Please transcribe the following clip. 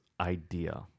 idea